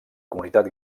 comunitat